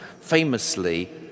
famously